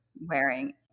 wearing